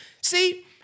See